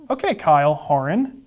okay, kyle horan,